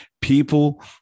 People